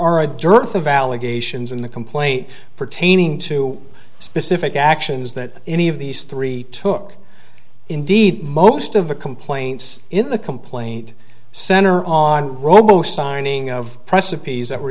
of allegations in the complaint pertaining to specific actions that any of these three took indeed most of the complaints in the complaint center on robo signing of press appease that were